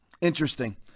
interesting